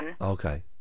Okay